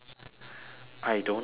I don't have